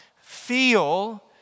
feel